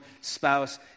spouse